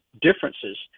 differences